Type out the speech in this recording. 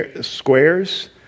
squares